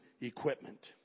equipment